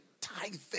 tithing